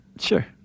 Sure